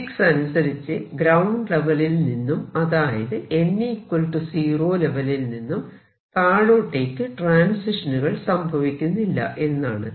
physics അനുസരിച്ച് ground ലെവലിൽ നിന്നും അതായത് n 0 ലെവലിൽ നിന്നും താഴോട്ടേക്ക് ട്രാൻസിഷനുകൾ സംഭവിക്കുന്നില്ല എന്നാണ്